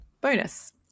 bonus